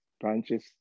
branches